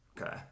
okay